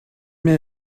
mir